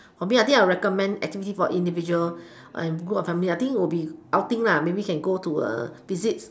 maybe I think I'll recommend activity for individual and group and family I think will be outing maybe can go to visit